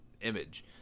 image